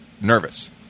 nervous